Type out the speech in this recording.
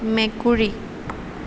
মেকুৰী